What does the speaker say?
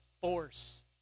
force